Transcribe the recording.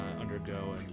undergo